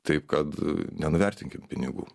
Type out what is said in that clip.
taip kad nenuvertinkim pinigų